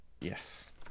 yes